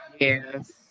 yes